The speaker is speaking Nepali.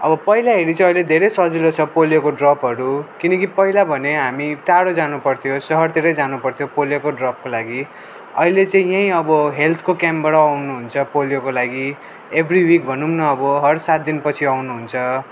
अब पहिला हेरी चाहिँ अहिले धेरै सजिलो छ पोलियोको ड्रपहरू किनकि पहिला भने हामी टाढो जानुपर्थ्यो सहरतिरै जानुपर्थ्यो पोलियोको ड्रपको लागि अहिले चाहिँ यहीँ अब हेल्थ क्याम्पबाट आउनुहुन्छ पोलियोको लागि एभ्री विक भनौँ न अब हर सात दिनपछि आउनुहुन्छ